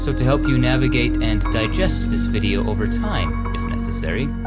so to help you navigate and digest this video over time if necessary,